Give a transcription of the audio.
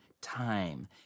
time